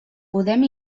podem